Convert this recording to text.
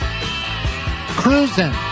Cruising